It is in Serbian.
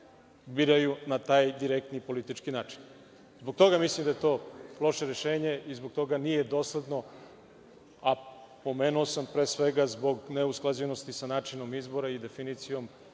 biraju na taj direktni politički način. Zbog toga mislim da je to loše rešenje i zbog toga nije dosledno, a pomenuo sam, pre svega, zbog neusklađenosti sa načinom izbora i definicijom